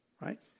right